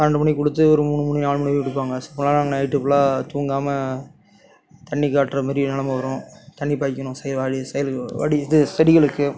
பன்னெண்டு மணிக்கு கொடுத்து ஒரு மூணு மணி நாலு மணி வரைக்கும் கொடுப்பாங்க ஸோ அப்போதுலாம் நாங்கள் நைட்டு ஃபுல்லாக தூங்காமல் தண்ணி காட்டுற மாதிரி நெலமை வரும் தண்ணி பாய்க்கணும் வாளி இது செடிகளுக்கு